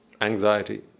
Anxiety